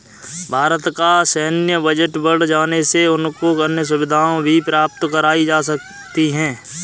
भारत का सैन्य बजट बढ़ जाने से उनको अन्य सुविधाएं भी प्राप्त कराई जा सकती हैं